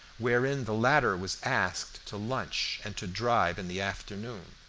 wherein the latter was asked to lunch and to drive in the afternoon.